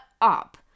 up